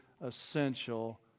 essential